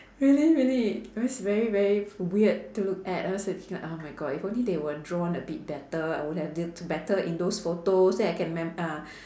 really really it was very very weird to look at oh my god if only they were drawn a bit better I would have better in those photos then I can remem~ uh